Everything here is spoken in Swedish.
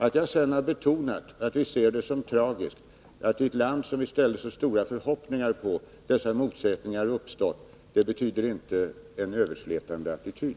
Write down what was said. Att jag sedan har betonat att vi ser det som tragiskt att dessa motsättningar uppstått i ett land, som vi ställer så stora förhoppningar på, betyder inte att jag intar en överslätande attityd.